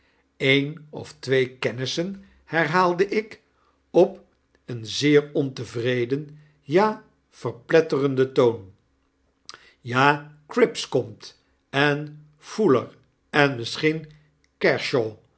een of twee kennissen herhaalde ik op een zeer ontevreden ja verpletterenden toon ja cripp komt en fouler en misschien